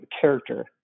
character